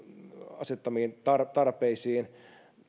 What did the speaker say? asettamiin tarpeisiin